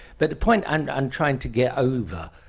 but the point and i'm trying to get over,